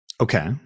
Okay